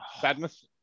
sadness